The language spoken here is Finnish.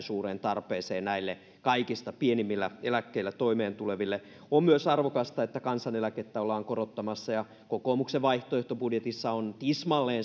suureen tarpeeseen näille kaikista pienimmillä eläkkeillä toimeen tuleville on myös arvokasta että kansaneläkettä ollaan korottamassa ja kokoomuksen vaihtoehtobudjetissa on se tismalleen